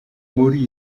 muri